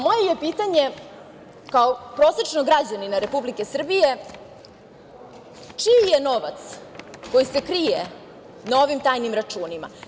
Moje pitanje kao prosečnog građanina Republike Srbije je – čiji je novac koji se krije na ovim tajnim računima?